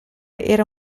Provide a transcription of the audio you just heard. era